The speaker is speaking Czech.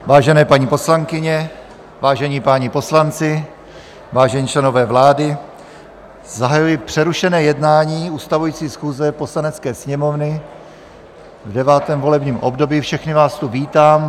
Vážené paní poslankyně, vážení páni poslanci, vážení členové vlády, zahajuji přerušené jednání ustavující schůze Poslanecké sněmovny v 9. volebním období, všechny vás tu vítám.